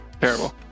Terrible